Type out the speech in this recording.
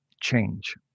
change